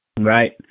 right